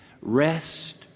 Rest